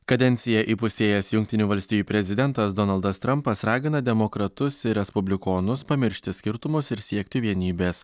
kadenciją įpusėjęs jungtinių valstijų prezidentas donaldas trampas ragina demokratus ir respublikonus pamiršti skirtumus ir siekti vienybės